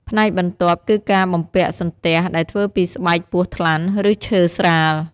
ផ្នែកបន្ទាប់ គឺការបំពាក់ សន្ទះ ដែលធ្វើពីស្បែកពស់ថ្លាន់ ឬឈើស្រាល។